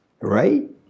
right